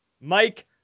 Mike